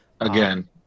Again